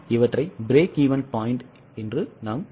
இவற்றை break even point எனலாம்